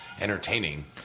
entertaining